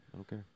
okay